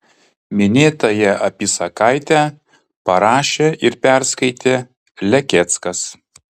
minėtąją apysakaitę parašė ir perskaitė lekeckas